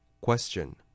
Question